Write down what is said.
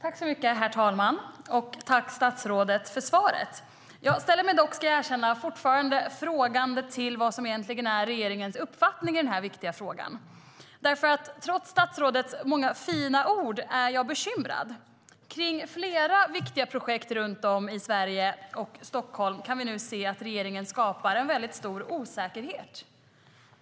STYLEREF Kantrubrik \* MERGEFORMAT Svar på interpellationerNär det gäller flera viktiga projekt runt om i Sverige och Stockholm kan vi nu se att regeringen skapar en mycket stor osäkerhet.